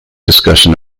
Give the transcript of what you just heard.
discussion